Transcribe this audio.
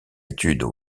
études